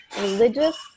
religious